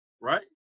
Right